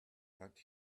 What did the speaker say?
that